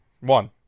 One